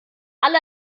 alle